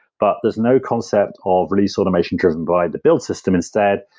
but there's no concept of release automation driven by the build system. instead,